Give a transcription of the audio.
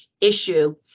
issue